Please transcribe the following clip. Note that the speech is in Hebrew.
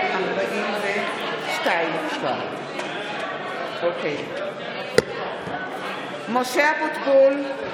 242. (קוראת בשמות חברי הכנסת) משה אבוטבול,